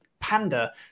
panda